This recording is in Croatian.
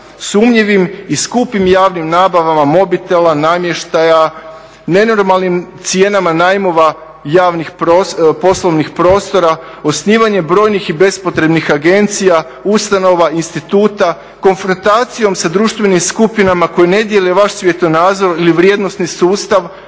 sumnjivim i skupim javnim nabavama mobitela, namještaja, nenormalnim cijenama najmova javnih poslovnih prostora, osnivanje brojnih i bespotrebnih agencija, ustanova, instituta, konfrontacijom sa društvenim skupinama koje ne dijele vaš svjetonazor ili vrijednosni sustav,